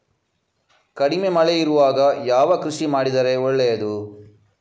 ಕಡಿಮೆ ಮಳೆ ಇರುವಾಗ ಯಾವ ಕೃಷಿ ಮಾಡಿದರೆ ಒಳ್ಳೆಯದು?